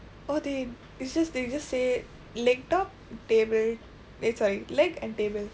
oh they it's just they just say leg top and table eh sorry leg and table